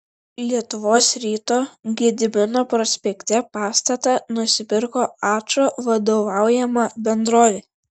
lietuvos ryto gedimino prospekte pastatą nusipirko ačo vadovaujama bendrovė